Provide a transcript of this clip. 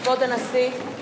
כבוד הנשיא.